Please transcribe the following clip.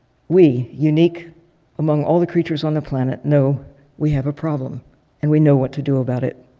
we unique among all the creatures on the planet know we have a problem and we know what to do about it.